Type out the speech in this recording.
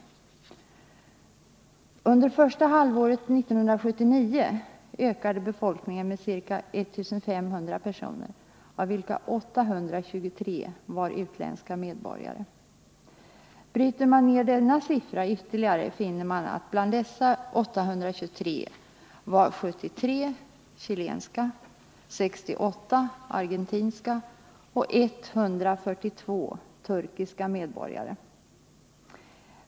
95 Under första halvåret 1979 ökade befolkningen med ca 1 500 personer, av vilka 823 var utländska medborgare. Bryter man ner denna siffra ytterligare finner man att bland dessa 823 var 73 chilenska, 68 argentinska och 142 turkiska medborgare.